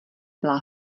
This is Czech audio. byla